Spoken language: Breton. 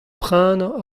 prenañ